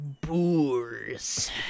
boors